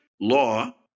law